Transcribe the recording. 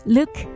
Look